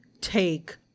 take